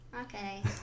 okay